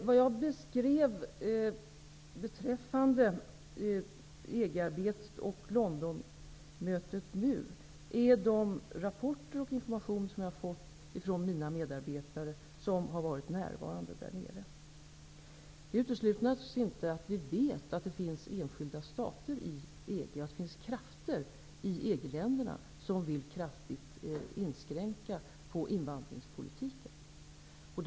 Vad jag beskrev beträffande EG-arbetet och Londonmötet var de rapporter och den information som jag har fått från mina medarbetare som varit närvarande där nere. Det utesluter naturligtvis inte att vi vet att det finns enskilda stater i EG och krafter i EG-länderna som kraftigt vill inskränka invandringspolitiken.